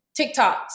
TikToks